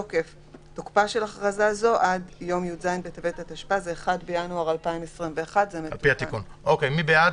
3. תוקפה של הכרזה זו עד יום י"ז בטבת התשפ"א (1 בינואר 2021). מי בעד?